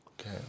Okay